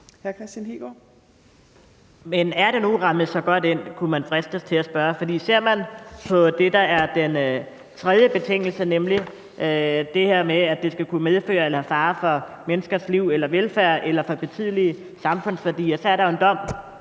Men er det nu rammet så godt ind? kunne man fristes til at spørge. For ser man på det, der er den tredje betingelse – nemlig det her med, at det skal kunne medføre fare for menneskers liv eller velfærd eller for betydelige samfundsværdier – er der jo en dom